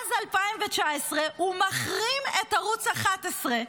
מאז 2019 הוא מחרים את ערוץ 11,